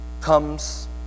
comes